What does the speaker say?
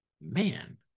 Man